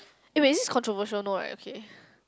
eh wait is this controversial no right okay